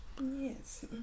Yes